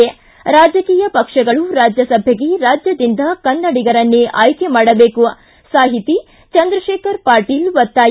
ಿ ರಾಜಕೀಯ ಪಕ್ಷಗಳು ರಾಜ್ಯಸಭೆಗೆ ರಾಜ್ಯದಿಂದ ಕನ್ನಡಿಗರನ್ನೇ ಆಯ್ಕೆ ಮಾಡಬೇಕು ಸಾಹಿತಿ ಚಂದ್ರತೇಖರ್ ಪಾಟೀಲ ಒತ್ತಾಯ